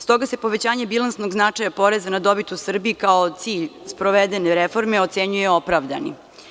Stoga se povećanje bilansnog značaja poreza na dobit u Srbiji, kao cilj sprovedene reforme, ocenjuje opravdanim.